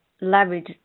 leverage